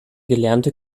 gelernte